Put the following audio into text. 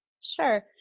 Sure